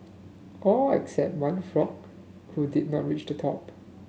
all except one frog who did not reach the top